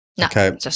okay